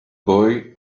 boy